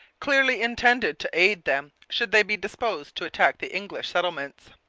clearly intended to aid them should they be disposed to attack the english settlements.